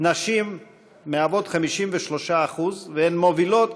נשים מהוות 53%, והן מובילות